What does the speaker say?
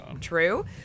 true